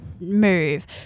move